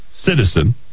citizen